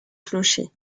clocher